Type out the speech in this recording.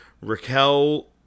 Raquel